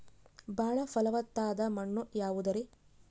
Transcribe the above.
ಬಾಳ ಫಲವತ್ತಾದ ಮಣ್ಣು ಯಾವುದರಿ?